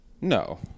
No